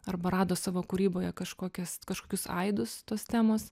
arba rado savo kūryboje kažkokias kažkokius aidus tos temos